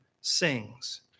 sings